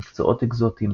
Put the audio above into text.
מקצועות אקזוטיים,